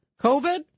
COVID